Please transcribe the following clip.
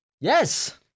Yes